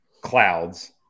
clouds